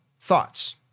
thoughts